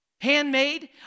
Handmade